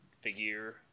Figure